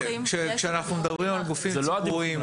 כשאנחנו מדברים על גופים ציבוריים,